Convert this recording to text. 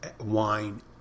wine